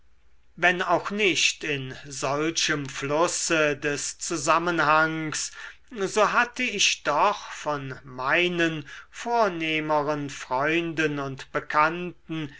wenn auch nicht in solchem flusse des zusammenhangs so hatte ich doch von meinen vornehmeren freunden und bekannten